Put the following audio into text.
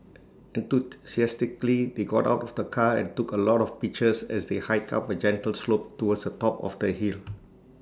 enthusiastically they got out of the car and took A lot of pictures as they hiked up A gentle slope towards the top of the hill